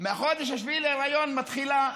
מהחודש השביעי להיריון מתחילה חופשת,